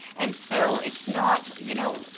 and so, it's not, you know,